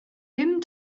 bum